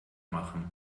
machen